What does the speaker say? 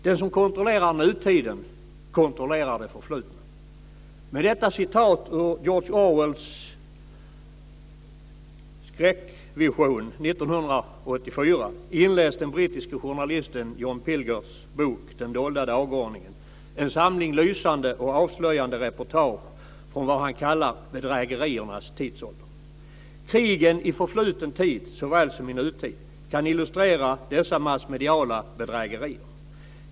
Den som kontrollerar nutiden kontrollerar det förflutna." Med detta citat ur George Orwells skräckvision 1984 inleds den brittiske journalisten John Pilgers bok Den dolda dagordningen, en samling lysande och avslöjande reportage från vad han kallar bedrägeriernas tidsålder. Krigen, i förfluten tid såväl som i nutid, kan illustrera dessa massmediala bedrägerier.